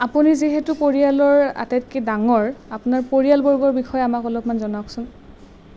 আপুনি যিহেতু পৰিয়ালৰ আটাইতকৈ ডাঙৰ আপোনাৰ পৰিয়ালবৰ্গৰ বিষয়ে আমাক অলপমান জনাওকচোন